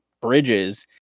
bridges